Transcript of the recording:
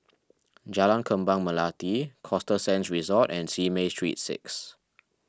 Jalan Kembang Melati Costa Sands Resort and Simei Street six